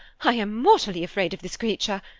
i am mortally afraid of this creature.